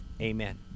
amen